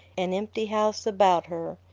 an empty house about her,